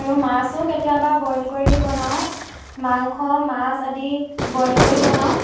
আৰু মাছো কেতিয়াবা বইল কৰি বনাওঁ মাংস মাছ আদি বইল কৰি বনাওঁ